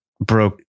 broke